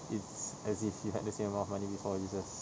it's as if you had the same amount of money before you just